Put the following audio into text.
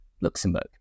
Luxembourg